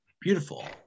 beautiful